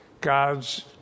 God's